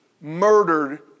murdered